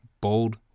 Bold